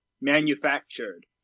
manufactured